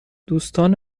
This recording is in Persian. دوستان